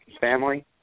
family